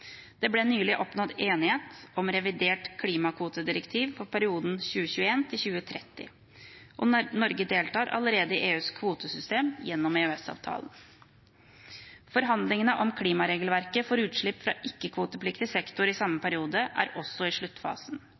Det ble nylig oppnådd politisk enighet om revidert klimakvotedirektiv for perioden 2021–2030. Norge deltar allerede i EUs kvotesystem gjennom EØS-avtalen. Forhandlingene om klimaregelverkene for utslipp fra ikke-kvotepliktig sektor i samme periode er også i sluttfasen.